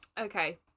Okay